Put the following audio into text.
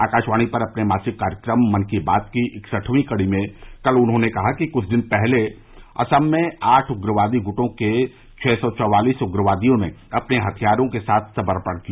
आकाशवाणी पर अपने मासिक कार्यक्रम मन की बात की इकसठवीं कड़ी में कल उन्होंने कहा कि कुछ दिन पहले असम में आठ उग्रवादी गुटों के छः सौ चौवालिस उग्रवादियों ने अपने हथियारों के साथ समर्पण किया